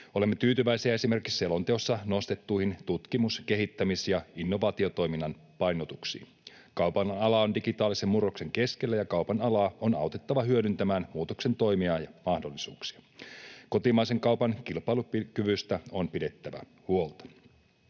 Olemme tyytyväisiä esimerkiksi selonteossa nostettuihin tutkimus-, kehittämis- ja innovaatiotoiminnan painotuksiin. Kaupan ala on digitaalisen murroksen keskellä, ja kaupan alaa on autettava hyödyntämään muutoksen tuomia mahdollisuuksia. Kotimaisen kaupan kilpailukyvystä on pidettävä huolta.